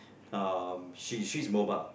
uh she she's mobile